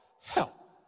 help